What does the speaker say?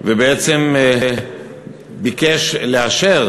ובעצם ביקש לאשר